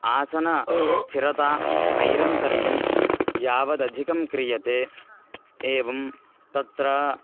आसनस्थिरता नैरन्तर्यं यावदधिकं क्रियते एवं तत्र